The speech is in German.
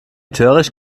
töricht